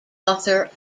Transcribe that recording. author